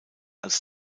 als